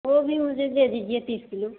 वो भी मुझे दे दीजिए तीस किलो